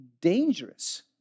dangerous